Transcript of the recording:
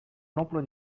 l’emploi